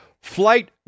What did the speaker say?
flight